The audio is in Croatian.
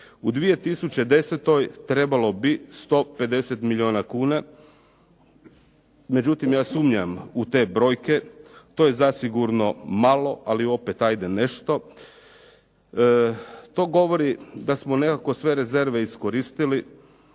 U 2010. trebalo bi 150 milijuna kuna, međutim ja sumnjam u te brojke. To je zasigurno malo ali opet ajde nešto. To govori da smo nekako sve rezerve iskoristili.